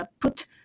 put